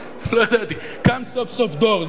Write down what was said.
קם סוף-סוף דור,